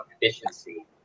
efficiency